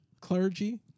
clergy